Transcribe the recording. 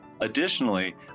Additionally